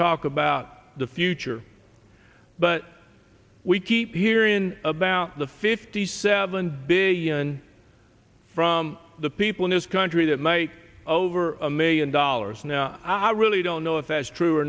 talk about the future but we keep hearing about the fifty seven big union from the people in this country that make over a million dollars now i really don't know if that's true or